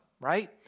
right